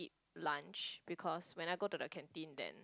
lunch because when I go to the canteen then